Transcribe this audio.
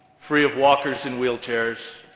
free of walkers and wheelchairs,